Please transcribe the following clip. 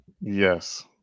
Yes